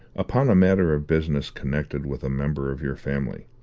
upon a matter of business connected with a member of your family.